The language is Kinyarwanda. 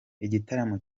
igitaramo